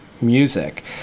music